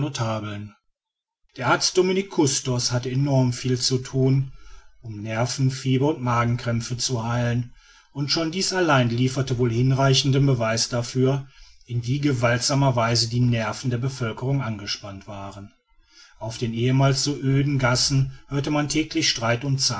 der arzt dominique custos hatte enorm viel zu thun um nervenfieber und magenkrämpfe zu heilen und schon dies allein lieferte wohl hinreichenden beweis dafür in wie gewaltsamer weise die nerven der bevölkerung angespannt waren auf den ehemals so öden gassen hörte man täglich streit und